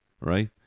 Right